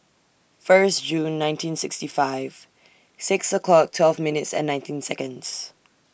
First June nineteen sixty five six o'clock twelve minutes and nineteen Seconds